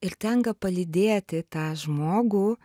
ir tenka palydėti tą žmogų